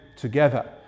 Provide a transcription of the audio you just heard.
together